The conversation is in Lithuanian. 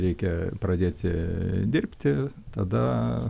reikia pradėti dirbti tada